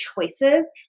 choices